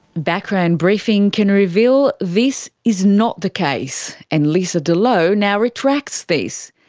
background briefing can reveal this is not the case, and lesa de leau now retracts this.